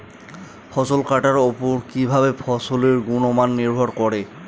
ফসল কাটার উপর কিভাবে ফসলের গুণমান নির্ভর করে?